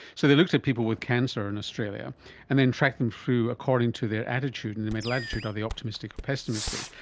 so they looked at people with cancer in australia and then tracked them through according to their attitude, and their mental attitude, are they optimistic or pessimistic,